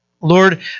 Lord